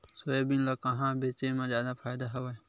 Soybean ल कहां बेचे म जादा फ़ायदा हवय?